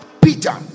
Peter